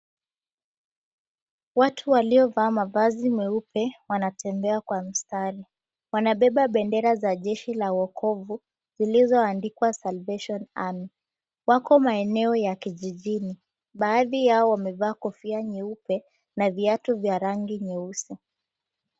Watu waliovaa mavazi meupe wanatembea kwa mstari. Wanabeba bendera za Jeshi la Wokovu, zilizoandikwa, "Salvation Army." Wako maeneo ya kijijini. Baadhi yao wamevaa kofia nyeupe na viatu vya rangi nyeusi.